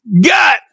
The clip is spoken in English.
got